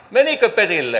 menikö perille